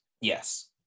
yes